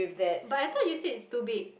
but I thought you said it's too big